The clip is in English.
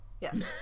Yes